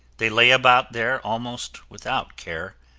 they lay about there almost without care,